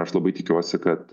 aš labai tikiuosi kad